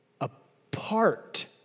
apart